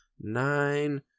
nine